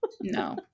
no